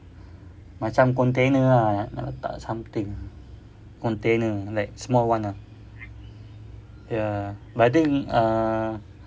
macam container ah nak letak something container like small [one] ah ya but I think ah